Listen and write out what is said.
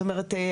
זאת אומרת,